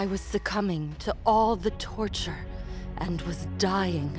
i was succumbing to all the torture and was dying